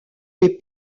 les